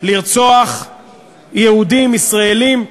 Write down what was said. לרצוח יהודים ישראלים.